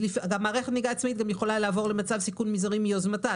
מערכת נהיגה עצמאית יכולה לעבור למצב סיכון מזערי גם מיוזמתה,